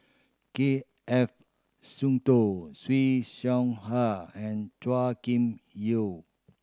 K F Seetoh Siew Shaw Her and Chua Kim Yeow